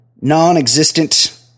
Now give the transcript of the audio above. non-existent